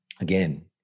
again